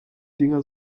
dinger